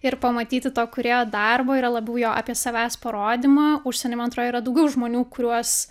ir pamatyti to kūrėjo darbo yra labiau jo apie savęs parodymą užsieny man atro yra daugiau žmonių kuriuos